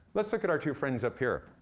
let's look at our two friends up here.